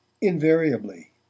invariably